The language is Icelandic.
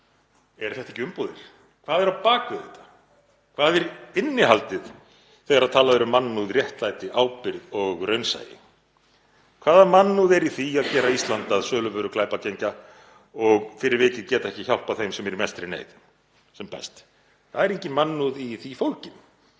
eru þetta ekki umbúðir? Hvað er á bak við þetta? Hvert er innihaldið þegar talað er um mannúð, réttlæti, ábyrgð og raunsæi? Hvaða mannúð er í því að gera Ísland að söluvöru glæpagengja og geta fyrir vikið ekki hjálpað þeim sem eru í mestri neyð sem best? Það er engin mannúð í því fólgin,